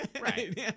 Right